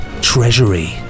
Treasury